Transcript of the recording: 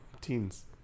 teens